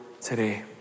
today